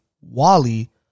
Wally